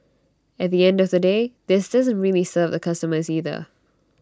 at the end of the day this doesn't really serve the customers either